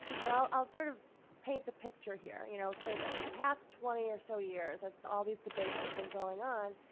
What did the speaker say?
and i'll sort of paint the picture here, you know. for the past twenty or so years, as all these debates have been going on,